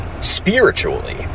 Spiritually